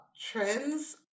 trends